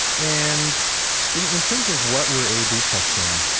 and in in terms of what we're a b testing,